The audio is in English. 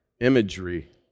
imagery